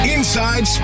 Inside